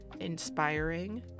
inspiring